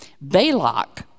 Balak